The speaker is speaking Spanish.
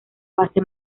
base